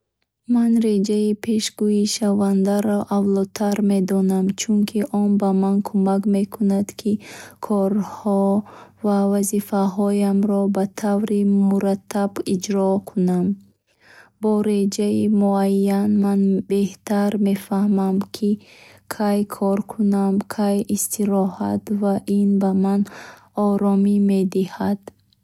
Ман реҷаи пешгӯишавандаро авлотар медонам, чунки он ба ман кумак мекунад, ки корҳо ва вазифаҳоямро ба таври мураттаб иҷро кунам. Бо реҷаи муайян ман беҳтар мефаҳмам, ки кай кор кунам, кай истироҳат, ва ин ба ман оромӣ медиҳад.